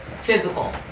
physical